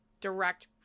direct